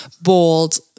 bold